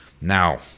Now